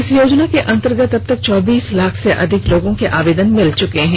इस योजना के अंतर्गत अब तक चौबीस लाख से अधिक लोगों के आवेदन मिल चुके हैं